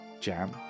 jam